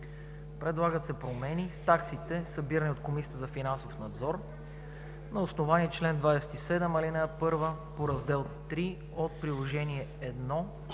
Предлагат се промени в таксите, събирани от Комисията за финансов надзор на основание чл. 27, ал. 1 по Раздел III от Приложение 1